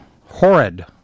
horrid